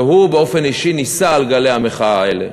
והוא באופן אישי נישא על גלי המחאה האלה.